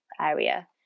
area